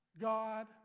God